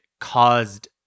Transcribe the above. caused